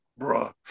Bruh